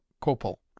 copal